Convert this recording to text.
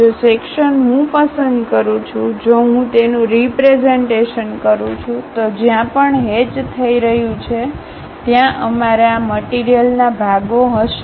જો સેક્શન્ હું પસંદ કરું છું જો હું તેનું રીપ્રેઝન્ટેશન કરું છું તો જ્યાં પણ હેચ થઈ રહ્યું છે ત્યાં અમારે આ મટીરીયલના ભાગો હશે